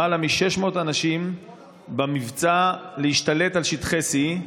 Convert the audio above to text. למעלה מ-600 אנשים במבצע להשתלט על שטחי C,